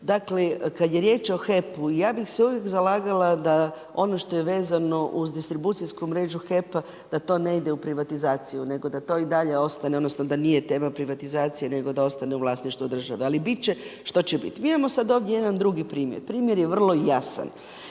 Dakle, kad je riječ o HEP-u, ja bih se uvijek zalagala da ono što vezano uz distribucijsku mrežu HEP-a da to ne ide u privatizaciju, nego da to nije tema privatizacije nego da ostane u vlasništvu države ali bit će šta će biti. Mi imamo sad ovdje sad jedna drugi primjer, primjer je vrlo jasan.